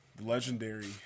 legendary